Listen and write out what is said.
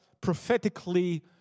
prophetically